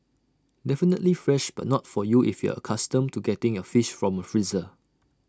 definitely fresh but not for you if you're accustomed to getting your fish from A freezer